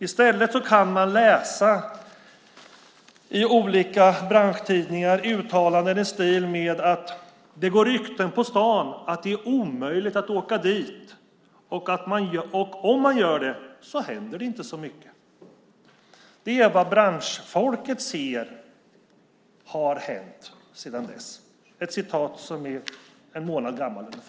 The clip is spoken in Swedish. I stället kan man läsa i olika branschtidningar uttalanden i stil med att det går rykten på stan att det är omöjligt att åka dit och att om man gör det händer det inte så mycket. Det är vad branschfolket ser har hänt sedan dess. Det är ett uttalande som är ungefär en månad gammalt.